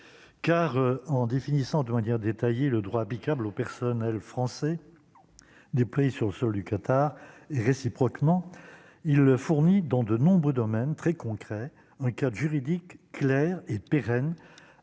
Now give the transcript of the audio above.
car, en définissant de manière détaillée le droit applicable au personnel français des prix sur le sol du Qatar et réciproquement, il fournit dans de nombreux domaines très concret, un cadre juridique clair et pérenne